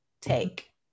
take